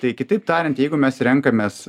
tai kitaip tariant jeigu mes renkamės